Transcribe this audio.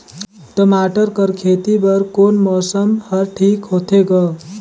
टमाटर कर खेती बर कोन मौसम हर ठीक होथे ग?